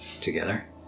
together